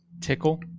tickle